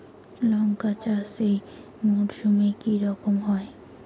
লঙ্কা চাষ এই মরসুমে কি রকম হয়?